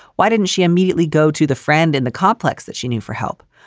why didn't she immediately go to the friend in the complex that she knew for help?